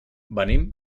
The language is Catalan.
venim